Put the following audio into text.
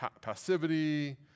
passivity